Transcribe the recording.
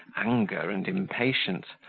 anger, and impatience,